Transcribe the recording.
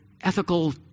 ethical